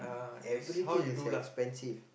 everything is expensive